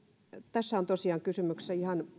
tässä on tosiaan kysymyksessä ihan